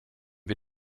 wir